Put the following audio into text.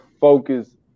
focus